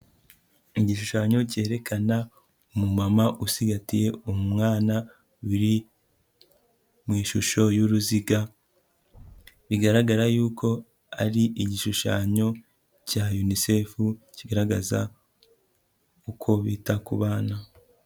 Igishushanyo cyerekana umumama ucigatiye umwana biri mu ishusho y'uruziga, bigaragara yuko ari igishushanyo cya UNICEF kigaragaza uko bita ku bana.